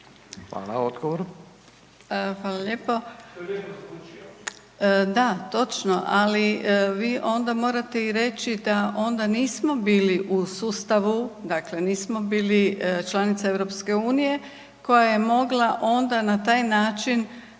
Grozdana (HDZ)** Hvala lijepo. Da, točno, ali vi onda morate i reći da onda nismo bili u sustavu, dakle nismo bili članica EU koja je mogla onda na taj način